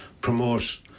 promote